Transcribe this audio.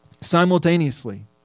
Simultaneously